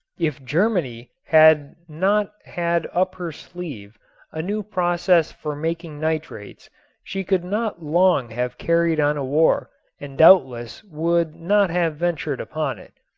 if germany had not had up her sleeve a new process for making nitrates she could not long have carried on a war and doubtless would not have ventured upon it.